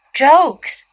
jokes